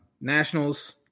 Nationals